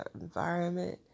environment